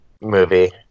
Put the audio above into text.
movie